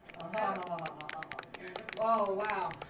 oh yeah and oh wow.